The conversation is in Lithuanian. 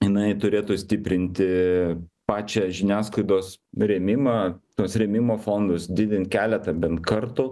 jinai turėtų stiprinti pačią žiniasklaidos rėmimą tuos rėmimo fondus didint keletą bent kartų